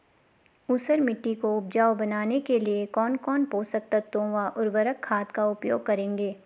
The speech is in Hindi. ऊसर मिट्टी को उपजाऊ बनाने के लिए कौन कौन पोषक तत्वों व उर्वरक खाद का उपयोग करेंगे?